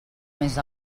més